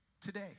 today